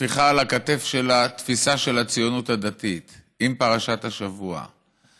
טפיחה על הכתף על התפיסה של הציונות הדתית לפרשת השבוע.